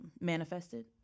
manifested